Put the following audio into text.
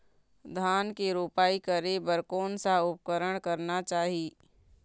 धान के रोपाई करे बर कोन सा उपकरण करना चाही?